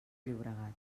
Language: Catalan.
llobregat